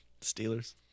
Steelers